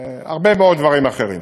הרבה מאוד דברים אחרים.